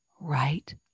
right